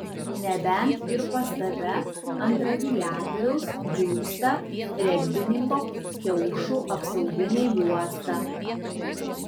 nebent ir pas tave ant radiatoriaus džiūsta regbininko kiaušų apsauginė juosta